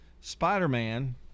Spider-Man